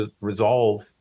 resolve